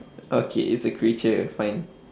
okay it's a creature fine